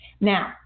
Now